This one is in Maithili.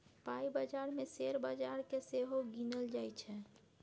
पाइ बजार मे शेयर बजार केँ सेहो गिनल जाइ छै